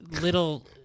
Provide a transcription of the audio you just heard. little